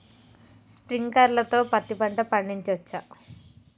Sprinkler తో పత్తి పంట పండించవచ్చా?